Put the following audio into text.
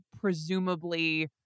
presumably